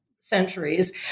centuries